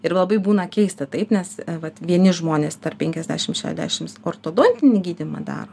ir labai būna keista taip nes vat vieni žmonės tarp penkiasdešimt šešiasdešimt ortodontinį gydymą daro